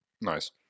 nice